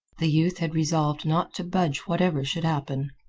the youth had resolved not to budge whatever should happen.